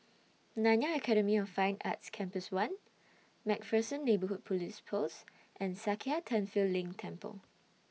Nanyang Academy of Fine Arts Campus one MacPherson Neighbourhood Police Post and Sakya Tenphel Ling Temple